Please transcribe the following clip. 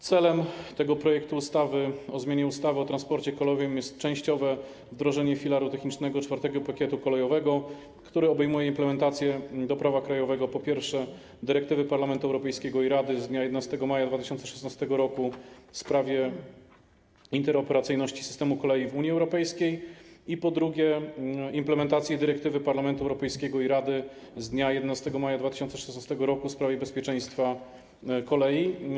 Celem projektu ustawy o zmianie ustawy o transporcie kolejowym jest częściowe wdrożenie filara technicznego IV pakietu kolejowego, który obejmuje implementację do prawa krajowego: po pierwsze, dyrektywy Parlamentu Europejskiego i Rady z dnia 11 maja 2016 r. w sprawie interoperacyjności systemu kolei w Unii Europejskiej, po drugie, dyrektywy Parlamentu Europejskiego i Rady z dnia 11 maja 2016 r. w sprawie bezpieczeństwa kolei.